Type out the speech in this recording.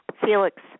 Felix